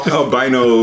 albino